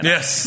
Yes